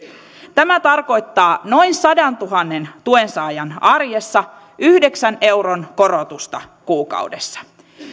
tämä tarkoittaa noin sadantuhannen tuensaajan arjessa yhdeksän euron korotusta kuukaudessa